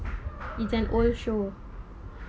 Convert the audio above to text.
is an old show